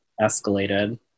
escalated